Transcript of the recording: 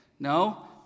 No